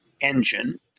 engine